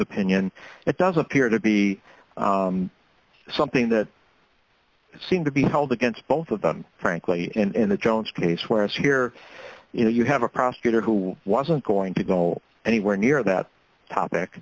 opinion it does appear to be something that seemed to be held against both of them frankly in the jones case whereas here you know you have a prosecutor who wasn't going to go anywhere near that topic